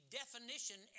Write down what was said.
definition